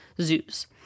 zoos